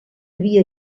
havia